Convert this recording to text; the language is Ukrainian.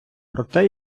проте